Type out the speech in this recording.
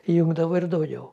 įjungdavo ir daugiau